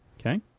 okay